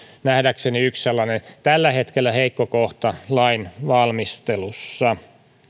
nähdäkseni yksi sellainen tällä hetkellä heikko kohta lainvalmistelussa